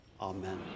Amen